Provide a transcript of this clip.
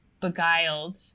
Beguiled